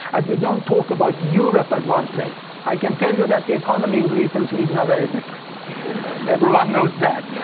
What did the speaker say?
as we don't talk about europe as one place. i can tell you that the economy in greece and sweden are very different everyone knows that.